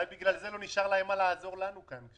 אולי בגלל זה לא נשאר להם במה לעזור לנו כאן.